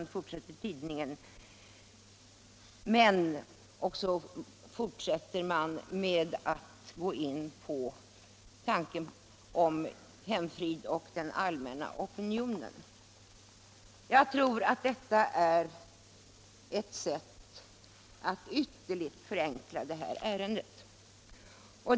Sedan fortsätter tidningen dock med att gå in på tanken om hemfrid och den allmänna opinionen. Jag tror att detta är ett sätt att ytterligt förenkla det här ärendet.